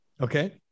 Okay